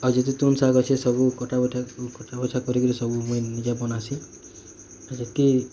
ଆଉ ଯେତେ ତୁନ ଶାଗ ଅଛେ ସବୁ କଟା ବଟା କଟା ବଛା କରିକିରି ସବୁ ମୁଇଁ ନିଜେ ବନାସି ଆଉ ଯେତ୍କି